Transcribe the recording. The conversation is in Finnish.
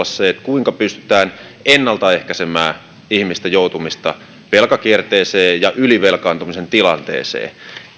se kuinka pystytään ennalta ehkäisemään ihmisten joutumista velkakierteeseen ja ylivelkaantumisen tilanteeseen ei